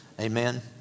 Amen